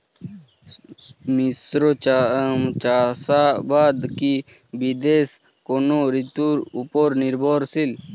মিশ্র চাষাবাদ কি বিশেষ কোনো ঋতুর ওপর নির্ভরশীল?